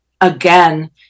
again